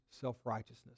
self-righteousness